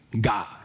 God